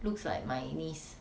looks like my niece